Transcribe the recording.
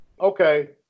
okay